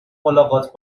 ملاقات